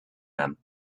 them